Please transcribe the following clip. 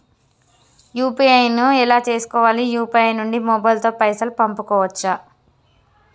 UPI ను ఎలా చేస్కోవాలి యూ.పీ.ఐ నుండి మొబైల్ తో పైసల్ పంపుకోవచ్చా?